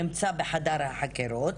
שנמצא בחדר החקירות.